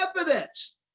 evidence